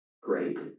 great